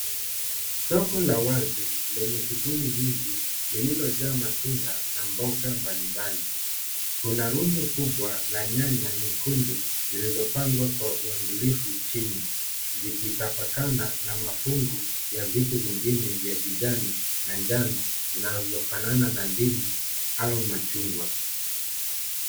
Soko la wazi lenye shughuli nyingi lililo jaa matunda na mboga mbali mbali. Kuna rundo kubwa la nyanya nyekundu lililopangwa kwa uangalifu chini likitapakana na mafungu ya vitu vingine vya kijani na njano vinavyo fanana na ndimu au machungwa.